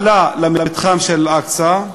שעלה למתחם של אל-אקצא,